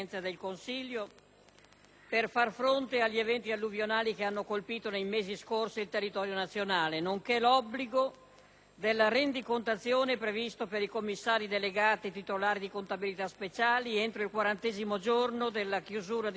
per far fronte agli eventi alluvionali che hanno colpito nei mesi scorsi il territorio nazionale, nonché l'obbligo della rendicontazione previsto per i commissari delegati titolari di contabilità speciali entro il quarantesimo giorno dalla chiusura di ciascun esercizio